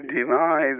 deny